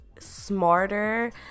smarter